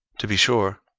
to be sure,